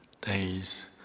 days